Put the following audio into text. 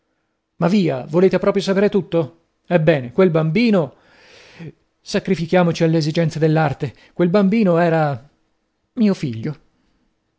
ma via volete proprio saper tutto ebbene quel bambino sacrifichiamoci alle esigenze dell'arte quel bambino era mio figlio